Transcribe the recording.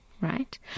right